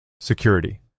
Security